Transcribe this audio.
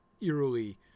Eerily